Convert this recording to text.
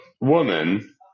woman